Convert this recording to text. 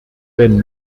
wenn